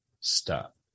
stop